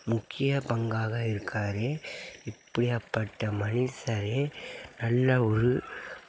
முக்கிய பங்காக இருக்கார் இப்படிப்பட மனுஷரு நல்ல ஒரு